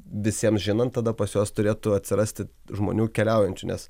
visiem žinant tada pas juos turėtų atsirasti žmonių keliaujančių nes